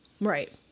right